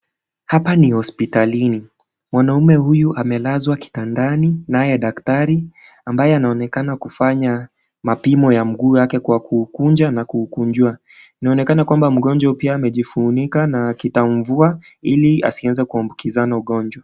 Hapa ni hospitalini, mwanamume huyu amelazwa kitandani naye daktari ambaye anaonekana kufanya vipimo kwa mguu wake Kwa kuukunja na kuukunjua inaonekana kuwa mgonjwa amejifunika na Kita mvua ili asianbukizane ugonjwa.